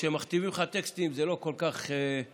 כשמכתיבים לך טקסטים זה לא כל כך זורם,